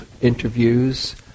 interviews